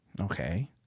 Okay